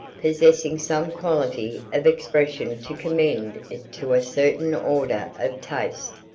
possessing some quality of expression to commend it to a certain order of taste.